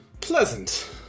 pleasant